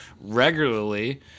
regularly